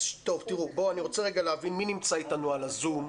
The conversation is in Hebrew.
אני רוצה להבין מי נמצא איתנו על הזום.